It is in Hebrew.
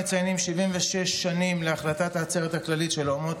אנחנו מציינים 76 שנים להחלטת העצרת הכללית של האומות